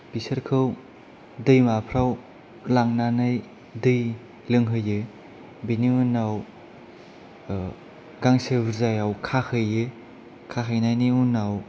बिसोरखौ दैमाफ्राव लांनानै दै लोंहोयो बेनि उनाव गांसो बुरजायाव खाहैयो खाहैनायनि उनाव